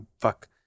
fuck